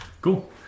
Cool